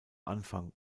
anfang